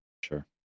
Sure